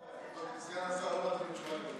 בנושא הזה לא מתאימה תשובה כזאת.